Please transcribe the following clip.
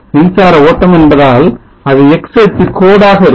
மின்சார ஓட்டம் என்பதால் அது X அச்சு கோடாக இருக்கும்